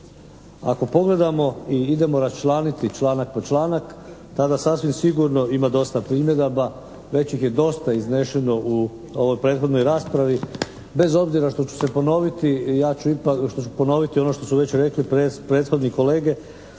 Ako pogledamo ili idemo raščlaniti članak po članak tada sasvim sigurno ima dosta primjedaba. Već ih je dosta iznešeno u ovoj prethodnoj raspravi. Bez obzira što ću se ponoviti ja ću ipak, što ću ponoviti ono što su već rekli prethodni kolege